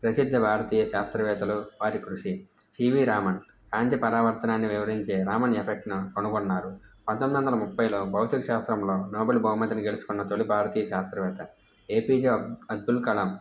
ప్రసిద్ధ భారతీయ శాస్త్రవేత్తలు వారి కృషి సీ వీ రామన్ కాంతి పరావర్తనాన్ని వివరించే రామన్ ఎఫెక్ట్ను కనుగొన్నారు పంతొమ్మిది వందల ముప్పైలో భౌతిక శాస్త్రంలో నోబెల్ బహుమతిని గెలుసుకున్న తొలి భారతీయ శాస్త్రవేత్త ఏపీజే అబ్దుల్ కలాం